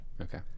Okay